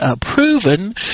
proven